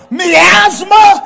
miasma